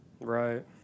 Right